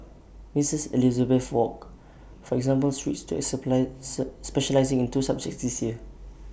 miss Elizabeth wok for example switched to specialising in two subjects this year